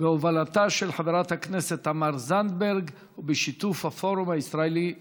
בהובלתה של חברת הכנסת תמר זנדברג ובשיתוף הפורום הישראלי לעירוניות.